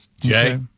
Jay